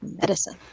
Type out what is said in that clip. medicine